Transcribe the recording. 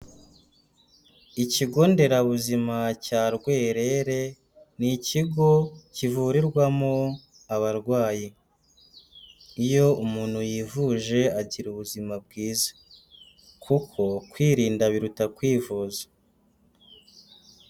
Ikigo nderabuzima cya Rwerere ni ikigo kivurirwamo abarwayi, iyo umuntu yivuje agira ubuzima bwiza kuko kwirinda biruta kwivuza.